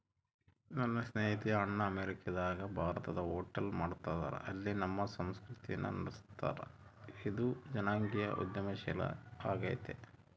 ನನ್ನ ಸ್ನೇಹಿತೆಯ ಅಣ್ಣ ಅಮೇರಿಕಾದಗ ಭಾರತದ ಹೋಟೆಲ್ ಮಾಡ್ತದರ, ಅಲ್ಲಿ ನಮ್ಮ ಸಂಸ್ಕೃತಿನ ನಡುಸ್ತದರ, ಇದು ಜನಾಂಗೀಯ ಉದ್ಯಮಶೀಲ ಆಗೆತೆ